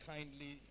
Kindly